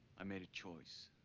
i made a choice.